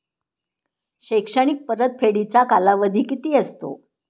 शैक्षणिक परतफेडीचा कालावधी किती असतो?